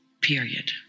period